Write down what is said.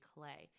Clay